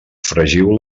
fregiu